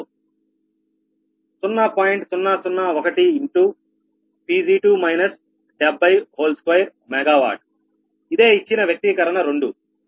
001Pg2 702MW ఇదే ఇచ్చిన వ్యక్తీకరణ 2